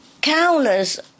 countless